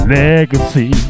legacy